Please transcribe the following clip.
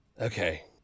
okay